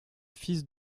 fils